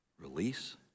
release